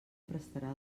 prestarà